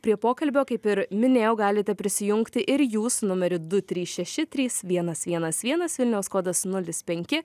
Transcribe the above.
prie pokalbio kaip ir minėjau galite prisijungti ir jūs numeriu du trys šeši trys vienas vienas vienas vilniaus kodas nulis penki